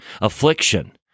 Affliction